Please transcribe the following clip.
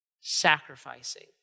sacrificing